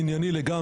בסעיף 1(ב1)(1)